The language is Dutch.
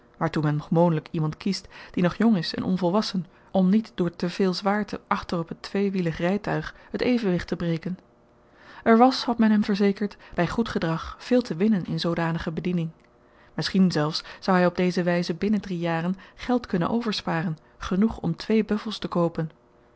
waartoe men gewoonlyk iemand kiest die nog jong is en onvolwassen om niet door te veel zwaarte achter op het tweewielig rytuig t evenwicht te breken er was had men hem verzekerd by goed gedrag veel te winnen in zoodanige bediening misschien zelfs zou hy op deze wyze binnen drie jaren geld kunnen oversparen genoeg om twee buffels te koopen